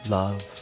love